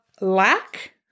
lack